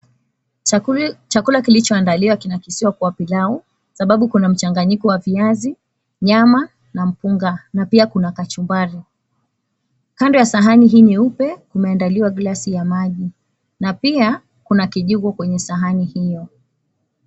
Chakula kilichoandaliwa kinakisiwa kuwa pilau sababu kiko na mchanganyiko wa viazi, nyama na mpunga na pia kuna kachumbari. Kando ya sahani hii nyeupe kumeandaliwa glasi ya maji na pia kuna kijiko kwenye sahani hiyo.